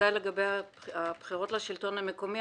בוודאי לגבי הבחירות לשלטון המקומי.